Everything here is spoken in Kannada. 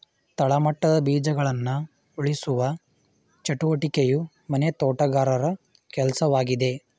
ತಳಮಟ್ಟದ ಬೀಜಗಳನ್ನ ಉಳಿಸುವ ಚಟುವಟಿಕೆಯು ಮನೆ ತೋಟಗಾರರ ಕೆಲ್ಸವಾಗಿದೆ